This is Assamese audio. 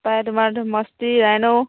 পায় তোমাৰটো মস্তি ৰাইন'